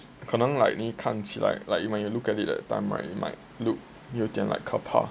可能 like 你看起来 like you when you look at it that time right you might look like 有点可怕